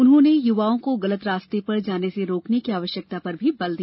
उन्होंने युवाओं को गलत रास्ते पर जाने से रोकने की आवश्यकता पर भी बल दिया